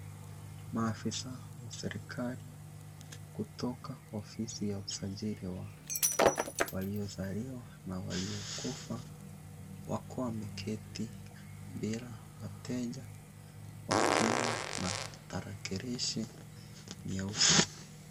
Maafisa wa serikali kutoka Ofisi ya Usajili wa Waliozaliwa na Waliokufa wakiwa wameketi bila wateja, wakiwa na tarakilishi nyeusi.